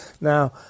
Now